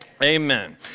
Amen